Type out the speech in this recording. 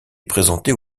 présentées